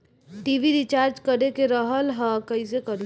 TV recharge करे के रहल ह कइसे करी?